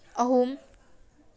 ꯑꯍꯨꯝ